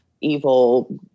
evil